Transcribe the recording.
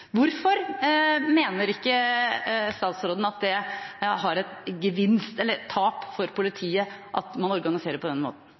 Hvorfor mener ikke statsråden at det har et tap for politiet at man organiserer på den måten?